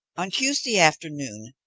on tuesday afternoon,